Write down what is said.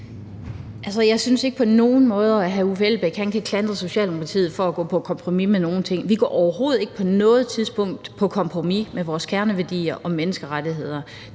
på nogen måder, at hr. Uffe Elbæk kan klandre Socialdemokratiet for at gå på kompromis med nogen ting. Vi går overhovedet ikke på noget tidspunkt på kompromis med vores kerneværdier om menneskerettigheder.